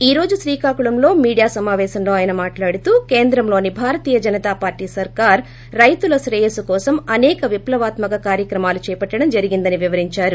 ఈ రోజు శ్రీకాకుళంలో మీడియా సమాపేశంలో ఆయన మాట్లాడుతూ కేంద్రంలోని భారతీయ జనతా పార్టీ సర్కార్ రైతుల క్రేయస్సు కోసం అసేక విప్లవాత్మక కార్యక్రమాలు చేపట్టడం జరిగిందని వివరించారు